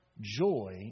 joy